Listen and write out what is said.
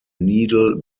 needle